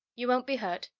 you won't be hurt,